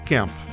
Camp